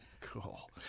Cool